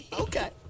Okay